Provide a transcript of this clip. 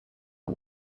are